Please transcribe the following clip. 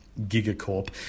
gigacorp